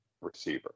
receiver